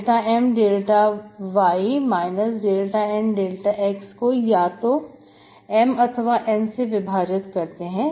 ∂M∂y ∂N∂x को या तो M अथवा N से विभाजित करते हैं